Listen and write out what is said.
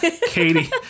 Katie